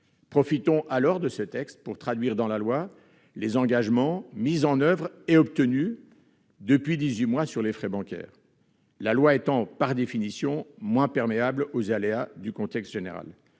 Profitons dès lors de ce texte pour traduire dans la loi les engagements mis en oeuvre depuis dix-huit mois sur les frais bancaires, la loi étant par définition moins perméable aux aléas du contexte général.